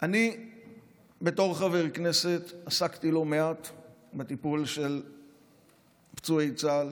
אני בתור חבר כנסת עסקתי לא מעט בטיפול בפצועי צה"ל,